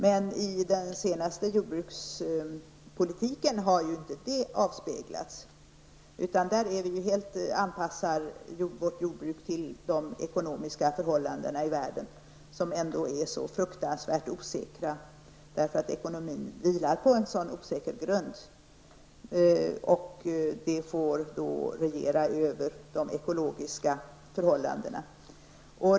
Men i den senaste jordbrukspolitiken har inte det avspeglats, utan där anpassar vi helt vårt jordbruk till de ekonomiska förhållandena i världen, som ändå är så fruktansvärt osäkra, därför att ekonomin vilar på en sådan osäker grund. Det får regera över de ekologiska förhållandena.